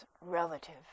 relative